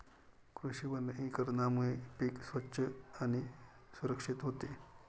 कृषी वनीकरणामुळे पीक स्वच्छ आणि सुरक्षित होते